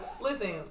Listen